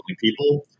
people